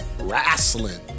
Wrestling